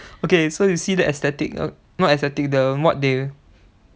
okay so you see the aesthetics not aesthetics like the what they